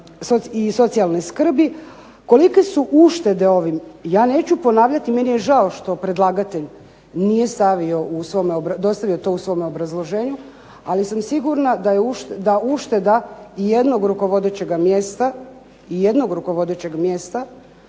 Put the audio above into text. i socijalne skrbi. Kolike su uštede ovim, ja neću ponavljati i meni je žao što predlagatelj nije stavio u svom, dostavio to u svome obrazloženju, ali sam sigurna da ušteda i jednog rukovodećega mjesta